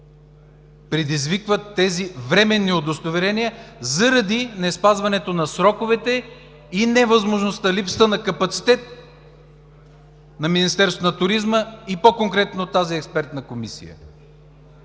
предизвикват тези временни удостоверения заради неспазването на сроковете и невъзможността – липсата на капацитет на Министерството на туризма, и по-конкретно на тази експертна комисия?